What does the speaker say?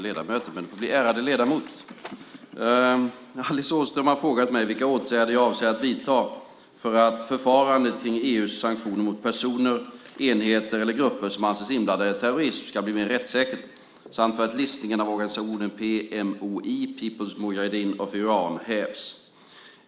Herr talman! Ärade ledamot! Alice Åström har frågat mig vilka åtgärder jag avser att vidta för att förfarandet kring EU:s sanktioner mot personer, enheter eller grupper som anses inblandade i terrorism ska bli mer rättssäkert samt för att listningen av organisationen PMOI, People's Mujahedin Organization of Iran, hävs.